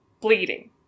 bleeding